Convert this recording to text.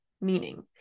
Meaning